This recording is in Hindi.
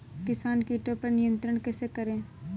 किसान कीटो पर नियंत्रण कैसे करें?